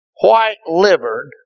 White-livered